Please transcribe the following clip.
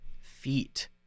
feet